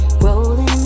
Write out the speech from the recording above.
rolling